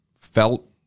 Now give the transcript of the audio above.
felt